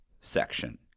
section